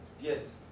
Yes